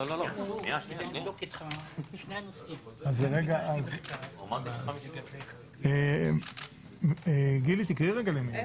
(הישיבה נפסקה בשעה 09:46 ונתחדשה בשעה 09:51.) תודה רבה.